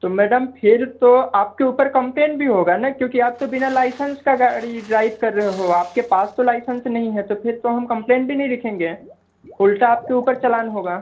तो मैडम फिर तो आपके ऊपर कंप्लेन भी होगा ना क्योंकि आप तो बिना लाइसंस का गाड़ी ड्राइव कर रहे हो आपके पास तो लाइसंस नहीं है तो फिर तो हम कंप्लेन भी नहीं लिखेंगे उल्टा आपके ऊपर चलान होगा